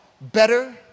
better